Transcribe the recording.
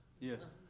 Yes